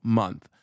month